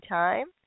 time